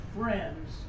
friends